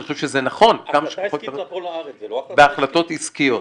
אני חושב שנכון כמה שפחות להתערב בהחלטות עסקיות.